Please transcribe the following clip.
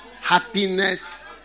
happiness